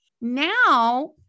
now